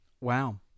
Wow